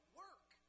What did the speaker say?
work